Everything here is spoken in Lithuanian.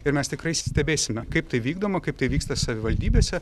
ir mes tikrai stebėsime kaip tai vykdoma kaip tai vyksta savivaldybėse